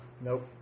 Nope